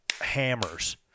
hammers